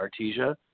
Artesia